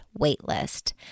waitlist